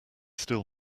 still